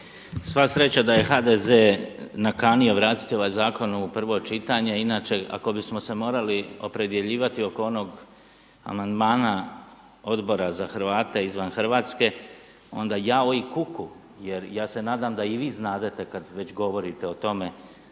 Sva sreća da je HDZ nakanio vratiti ovaj zakon u prvo čitanje, inače ako bismo se morali opredjeljivati oko onog amandmana Odbora za Hrvate izvan Hrvatske onda jao i kuku jer ja se nadam da i vi znadete kada već govorite o tome